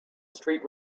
street